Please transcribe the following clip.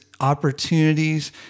opportunities